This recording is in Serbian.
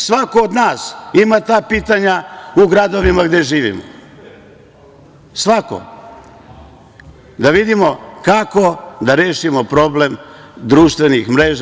Svako od nas ima ta pitanja u gradovima gde živimo, da vidimo kako da rešimo problem društvenih mreža.